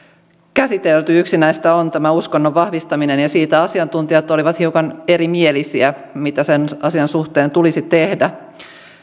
käsitelty yksi näistä on tämä uskonnon vahvistaminen ja siitä asiantuntijat olivat hiukan erimielisiä mitä sen asian suhteen tulisi tehdä